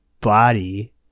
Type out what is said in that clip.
body